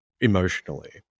emotionally